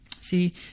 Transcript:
See